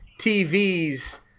TVs